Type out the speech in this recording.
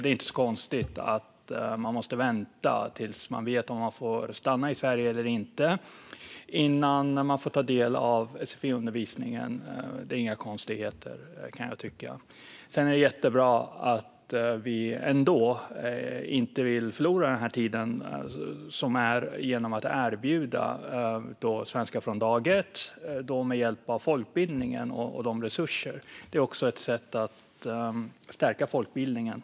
Det är inte så konstigt att man måste vänta tills man vet om man får stanna i Sverige eller inte innan man får ta del av sfi-undervisningen. Det är inga konstigheter, kan jag tycka. Sedan är det jättebra att vi ändå inte vill förlora tid och därför erbjuder svenska från dag ett, då med hjälp av folkbildningen och dess resurser. Det är också ett sätt att stärka folkbildningen.